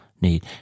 need